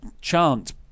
chant